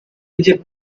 egypt